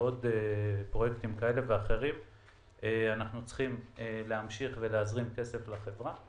ועוד פרויקטים אחרים אנחנו צריכים להמשיך ולהזרים כסף לחברה.